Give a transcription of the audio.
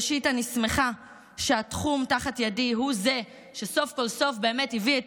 ראשית אני שמחה שהתחום תחת ידי הוא זה שסוף-כל-סוף הביא את